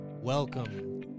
Welcome